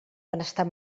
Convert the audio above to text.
benestar